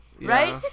Right